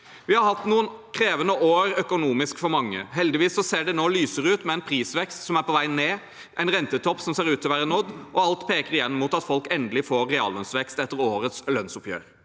Vi har hatt noen krevende år økonomisk for mange. Heldigvis ser det nå lysere ut, med en prisvekst som er på vei ned, og en rentetopp som ser ut til å være nådd, og alt peker igjen mot at folk endelig får reallønnsvekst etter årets lønnsoppgjør.